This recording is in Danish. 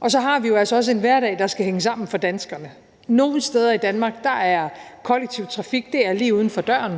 Og så har vi jo altså også en hverdag, der skal hænge sammen for danskerne. Nogle steder i Danmark er kollektiv trafik lige uden for døren;